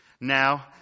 Now